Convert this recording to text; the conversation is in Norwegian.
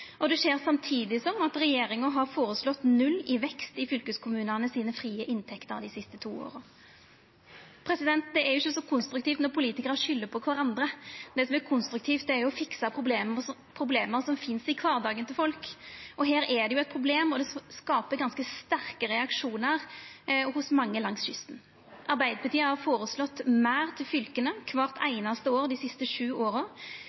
null i vekst i fylkeskommunane sine frie inntekter dei siste to åra. Det er ikkje så konstruktivt når politikarane skuldar på kvarandre. Det som er konstruktivt, er å fiksa problema som finst i kvardagen til folk. Her er det jo eit problem, og det skapar ganske sterke reaksjonar hos mange langs kysten. Arbeidarpartiet har føreslått meir til fylka kvart einaste år dei siste sju åra.